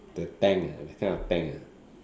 the tent ah that kind of tent ah